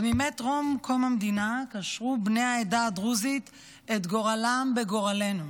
עוד מימי טרום קום המדינה קשרו בני העדה הדרוזית את גורלם בגורלנו